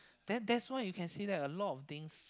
then that's why you can say that a lot of things